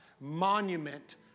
monument